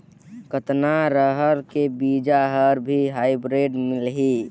कतना रहर के बीजा हर भी हाईब्रिड मिलही?